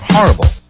Horrible